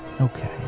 Okay